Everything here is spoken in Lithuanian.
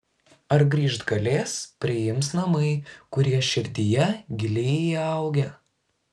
ar grįžt galės priims namai kurie širdyje giliai įaugę